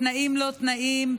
בתנאים לא תנאים,